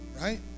right